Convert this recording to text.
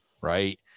right